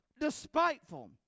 despiteful